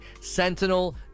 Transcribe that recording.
Sentinel